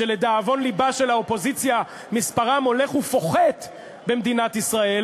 שלדאבון לבה של האופוזיציה מספרם הולך ופוחת במדינת ישראל,